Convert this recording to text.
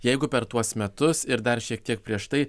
jeigu per tuos metus ir dar šiek tiek prieš tai